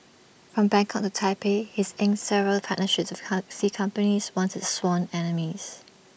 from Bangkok to Taipei he's inked several partnerships with taxi companies once its sworn enemies